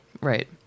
right